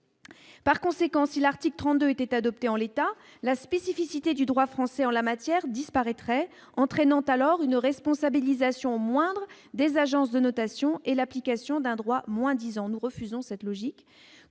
Par conséquent, si l'article 32 était adopté en l'état la spécificité du droit français en la matière, disparaîtrait entraînante alors une responsabilisation moindres des agences de notation et l'application d'un droit, nous refusons cette logique,